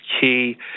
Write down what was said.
key